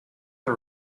the